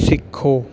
ਸਿੱਖੋ